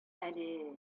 әле